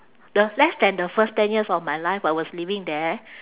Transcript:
the less than the first ten years of my life I was living there